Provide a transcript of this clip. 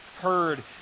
heard